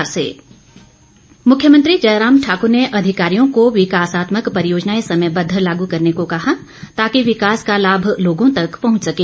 मुख्यमंत्री मुख्यमंत्री जयराम ठाकुर ने अधिकारियों को विकासात्मक परियोजनाएं समयबद्ध लागू करने को कहा ताकि विकास का लाभ लोगों तक पहुंच सके